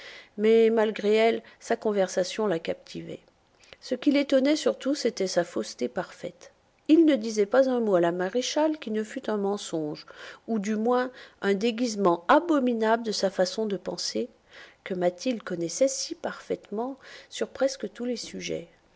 mais malgré elle sa conversation la captivait ce qui l'étonnait surtout c'était sa fausseté parfaite il ne disait pas un mot à la maréchale qui ne fût un mensonge ou du moins un déguisement abominable de sa façon de penser que mathilde connaissait si parfaitement sur presque tous les sujets